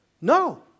No